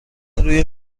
روی